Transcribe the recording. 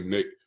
Nick